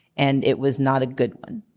and it was not a good one.